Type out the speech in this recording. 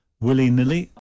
Willy-nilly